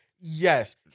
Yes